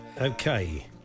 Okay